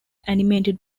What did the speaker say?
animated